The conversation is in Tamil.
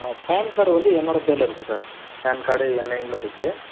பேன் கார்டு வந்து என்னோட பேரில் இருக்கு சார் பேன் கார்டு என் நேம்மில் இருக்கு